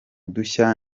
dushya